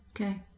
Okay